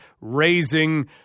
raising